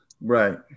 Right